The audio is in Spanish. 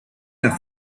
las